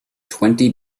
twenty